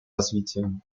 развитием